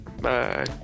Bye